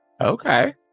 Okay